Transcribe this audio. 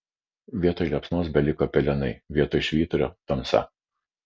vietoj liepsnos beliko pelenai vietoj švyturio tamsa